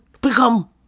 become